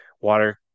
Water